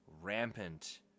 rampant